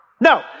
No